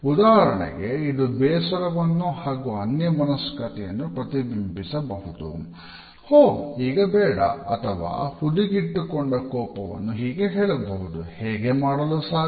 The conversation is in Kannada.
ಉದಾಹರಣೆಗೆ ಇದು ಬೇಸರವನ್ನು ಹಾಗು ಅನ್ಯ ಮನಸ್ಕತೆಯನ್ನು ಪ್ರತಿಬಿಂಬಿಸಬಹುದು ಒಹ್ ಈಗ ಬೇಡ ಅಥವಾ ಹುಡಿಗಿಟ್ಟುಕೊಂಡ ಕೋಪವನ್ನು ಹೀಗೆ ಹೇಳಬಹುದು ಹೇಗೆ ಮಾಡಲು ಸಾಧ್ಯ